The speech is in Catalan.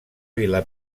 vila